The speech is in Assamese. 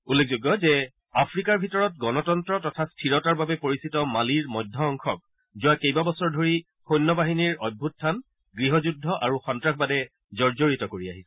উল্লেখযোগ্য যে আফ্ৰিকাৰ ভিতৰত গণতন্ত্ৰ তথা স্থিৰতাৰ বাবে পৰিচিত মালিৰ মধ্য অংশক যোৱা কেইবাবছৰ ধৰি সৈন্য বাহিনীৰ অভ্যুখান গৃহযুদ্ধ আৰু সন্তাসবাদে জৰ্জৰিত কৰি আহিছে